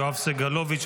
יואב סגלוביץ',